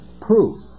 proof